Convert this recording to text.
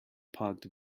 parked